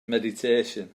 meditation